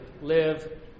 live